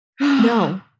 No